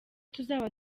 tuzaba